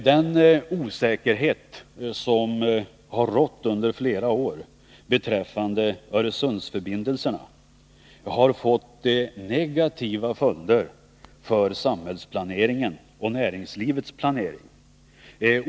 Den osäkerhet som har rått under flera år beträffande Öresundsförbindelserna har fått negativa följder för samhällsplaneringen och näringslivets planering.